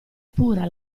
pura